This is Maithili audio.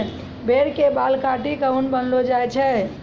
भेड़ के बाल काटी क ऊन बनैलो जाय छै